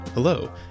Hello